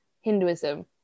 hinduism